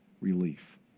relief